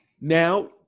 Now